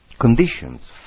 conditions